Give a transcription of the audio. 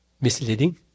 misleading